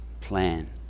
plan